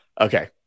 okay